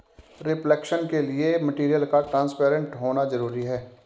reflection के लिए material का ट्रांसपेरेंट होना जरूरी है